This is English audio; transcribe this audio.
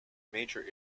major